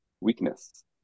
weakness